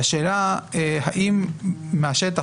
והשאלה האם מהשטח,